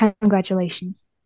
congratulations